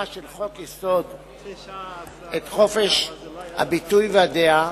של חוק-יסוד את חופש הביטוי והדעה,